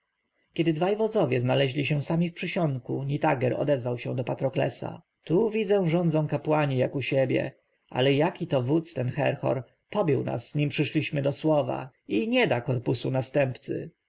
kiedy dwaj wodzowie znaleźli się sami w przysionku nitager odezwał się do patroklesa tu widzę rządzą kapłani jak u siebie ale jaki to wódz ten herhor pobił nas nim przyszliśmy do słowa i nie da korpusu następcy